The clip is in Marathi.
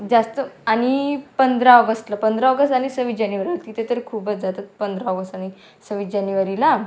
जास्त आणि पंधरा ऑगस्टला पंधरा ऑगस्ट आणि सव्वीस जानेवारी तिथे तर खूपच जातात पंधरा ऑगस्ट आणि सव्वीस जानेवारीला